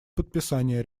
подписание